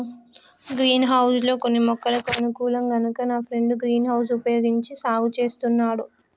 green house లో కొన్ని మొక్కలకు అనుకూలం కనుక నా ఫ్రెండు గ్రీన్ హౌస్ వుపయోగించి సాగు చేస్తున్నాడు